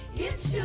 it's